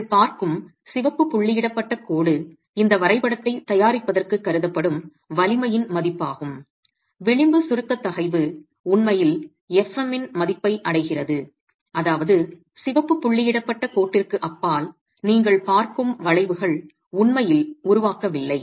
நீங்கள் பார்க்கும் சிவப்பு புள்ளியிடப்பட்ட கோடு இந்த வரைபடத்தை தயாரிப்பதற்குக் கருதப்படும் வலிமையின் மதிப்பாகும் விளிம்பு சுருக்க தகைவு உண்மையில் fm இன் மதிப்பை அடைகிறது அதாவது சிவப்பு புள்ளியிடப்பட்ட கோட்டிற்கு அப்பால் நீங்கள் பார்க்கும் வளைவுகள் உண்மையில் உருவாக்கவில்லை